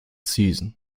season